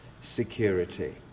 security